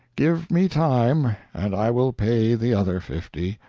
give me time, and i will pay the other fifty.